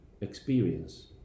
experience